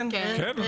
כן.